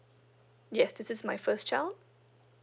yes this is my first child